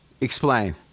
Explain